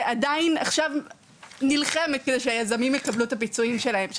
ועדיין עכשיו נלחמת כדי שהיזמים יקבלו את הפיצויים שלהם,